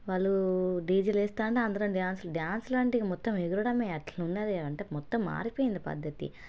వాళ్ళు డీజే వేస్తుంటే అందరం డ్యాన్సులు డ్యాన్సులు అంటే ఇక మొత్తం ఎగరడమే అలా ఉన్నది అంటే మొత్తం మారిపోయింది పద్ధతి